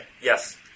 Yes